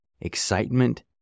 excitement